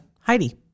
Heidi